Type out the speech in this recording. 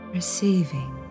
receiving